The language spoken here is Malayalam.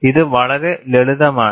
ഇത് വളരെ ലളിതമാണ്